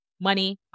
Money